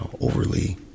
overly